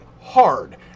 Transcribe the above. hard